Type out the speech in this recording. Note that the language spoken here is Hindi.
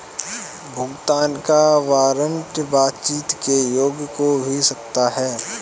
भुगतान का वारंट बातचीत के योग्य हो भी सकता है